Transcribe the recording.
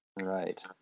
Right